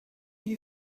you